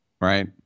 right